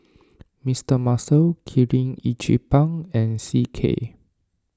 Mister Muscle Kirin Ichiban and C K